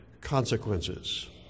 consequences